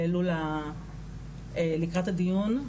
העלו לקראת הדיון,